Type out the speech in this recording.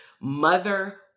mother